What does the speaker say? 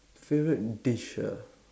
favorite dish ah